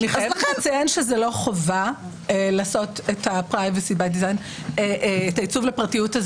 אני חייבת לציין שזה לא חובה לעשות את העיצוב לפרטיות,